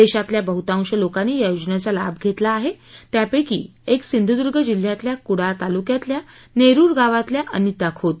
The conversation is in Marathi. देशातल्या बह्तांश लोकांनी या योजनेचा लाभ घेतला हेत त्यापैकी एक सिंधुदुर्ग जिल्ह्यातल्या कुडाळ तालुक्यातील नेरूर गावातल्या अनिता खोत